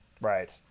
Right